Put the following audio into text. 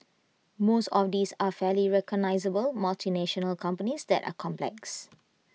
most of these are fairly recognisable multinational companies that are complex